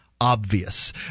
obvious